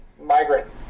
migrant